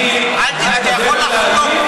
אני משתדל לא להעליב,